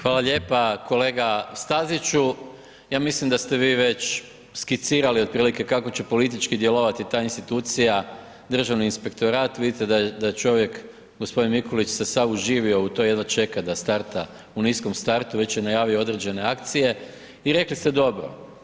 Hvala lijepa, kolega Staziću ja mislim da ste vi već skicirali kako će politički djelovati ta institucija Državni inspektorat, vidite da je čovjek, gospodin Mikulić se sav uživo u to jedva čeka da starta u niskom startu, već je najavio određene akcije i rekli ste dobro.